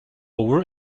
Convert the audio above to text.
over